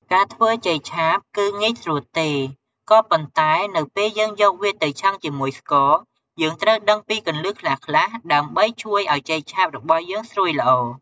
ការធ្វើចេកឆាបគឺងាយស្រួលទេ ក៏ប៉ុន្តែ នៅពេលយើងយកវាទៅឆឹងជាមួយស្ករ យើងត្រូវដឹងពីគន្លឹះខ្លះៗ ដើម្បីជួយឲ្យចេកឆាបរបស់យើងស្រួយល្អ។